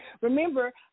Remember